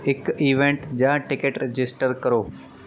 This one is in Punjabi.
ਇੱਕ ਇਵੈਂਟ ਜਾਂ ਟਿਕਟ ਰਜਿਸਟਰ ਕਰੋ